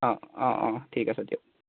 অঁ অঁ অঁ ঠিক আছে দিয়ক